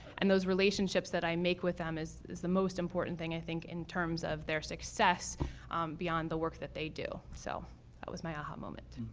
and those relationships that i make with them is is the most important thing i think in terms of their success beyond the work that they do, so that was my aha moment.